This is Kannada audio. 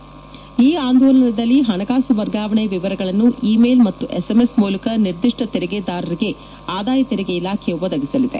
ಇ ಆಂದೋಲನದಲ್ಲಿ ಹಣಕಾಸು ವರ್ಗಾವಣೆ ವರಗಳನ್ನು ಇ ಮೇಲ್ ಮತ್ತು ಎಸ್ಎಂಎಸ್ ಮೂಲಕ ನಿರ್ದಿಷ್ಸ ತೆರಿಗೆದಾರರಿಗೆ ಆದಾಯ ತೆರಿಗೆ ಇಲಾಖೆ ಒದಗಿಸಲಿದೆ